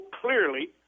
clearly